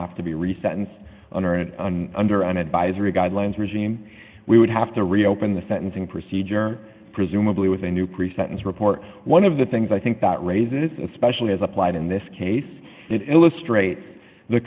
and under an advisory guidelines regime we would have to reopen the sentencing procedure presumably with a new pre sentence report one of the things i think that raises especially as applied in this case it illustrates the